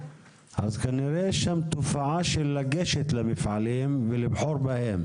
אז כנראה יש שם תופעה של לגשת למפעלים ולבחור בהם.